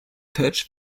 touch